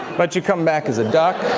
but you come back as a duck.